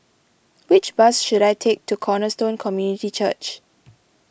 which bus should I take to Cornerstone Community Church